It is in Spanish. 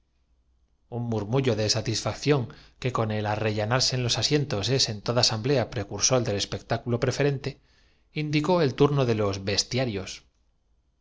un murmullo de satisfacción que con el arrellanarse los leones del desierto de lybia luís y pendencia con en los asientos es en toda asamblea precursor del es sus quince compañeros de armas desembocaron en el pectáculo preferente indicó el turno de los